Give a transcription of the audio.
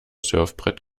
surfbrett